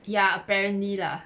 ya apparently lah